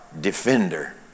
defender